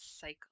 cycle